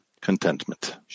contentment